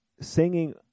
singing